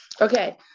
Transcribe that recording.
Okay